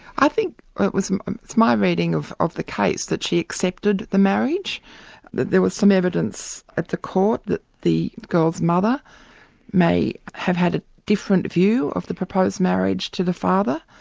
i think it's my reading of of the case, that she accepted the marriage, that there was some evidence at the court that the girl's mother may have had a different view of the proposed marriage to the father,